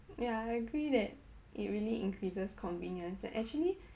yeah I agree that it really increases convenience and actually